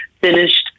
finished